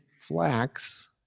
Flax